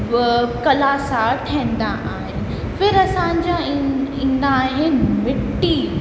कला सां ठाहींदा आहिनि फिर असांजा ई ईंदा आहिनि मिट्टी